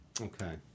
Okay